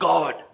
God